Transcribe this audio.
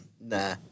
nah